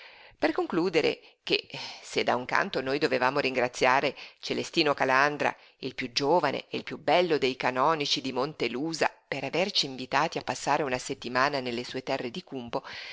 per concludere che se da un canto noi dovevamo ringraziare celestino calandra il piú giovane e il piú bello dei canonici di montelusa per averci invitati a passare una settimana nelle sue terre di cumbo